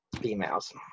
females